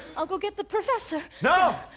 i'll go get the professor no!